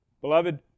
Beloved